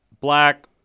black